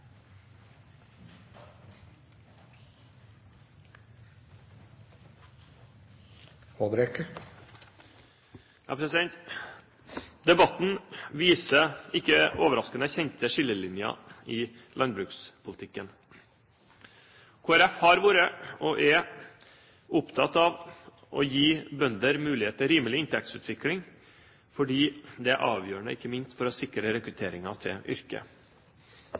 Debatten viser – ikke overraskende – kjente skillelinjer i landbrukspolitikken. Kristelig Folkeparti har vært og er opptatt av å gi bønder mulighet til rimelig inntektsutvikling, fordi det er avgjørende ikke minst for å sikre rekrutteringen til yrket.